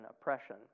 oppression